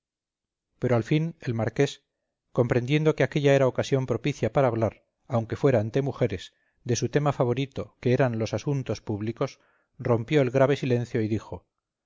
pero al fin el marqués comprendiendo que aquélla era ocasión propicia para hablar aunque fuera ante mujeres de su tema favorito que eran los asuntos públicos rompió el grave silencio y dijo